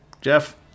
Jeff